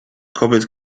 kobiet